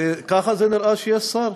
ככה זה נראה כשיש שר?